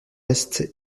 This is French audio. est